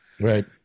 Right